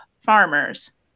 farmers